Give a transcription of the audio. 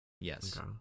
Yes